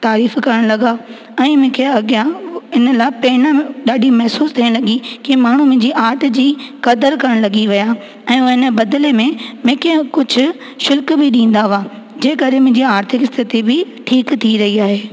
तारीफ़ करण लॻा ऐं मूंखे अॻियां हिन लाइ प्रेरणा ॾाढी महिसूसु थियण लॻी की माण्हू मुंहिंजी आर्ट जी क़द्रु करण लॻी विया ऐं हुन बदिले में मूंखे हू कुझु शुल्क बि ॾींदा हुआ जंहिं करे मुंहिंजी आर्थिक स्थिती बि ठीकु थी रही आहे